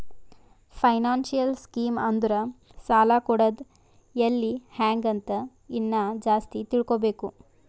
financial scheme ಅಂದುರ್ ಸಾಲ ಕೊಡದ್ ಎಲ್ಲಿ ಹ್ಯಾಂಗ್ ಅಂತ ಇನ್ನಾ ಜಾಸ್ತಿ ತಿಳ್ಕೋಬೇಕು